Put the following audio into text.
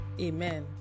Amen